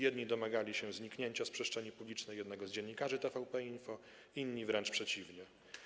Jedni domagali się zniknięcia z przestrzeni publicznej jednego z dziennikarzy TVP Info, inni wręcz przeciwnie.